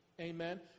Amen